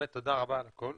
באמת תודה רבה על הכול.